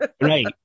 Right